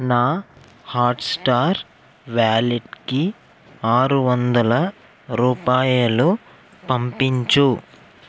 నా హాట్స్టార్ వ్యాలెట్కి ఆరు వందల రూపాయలు పంపించు